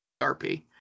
RP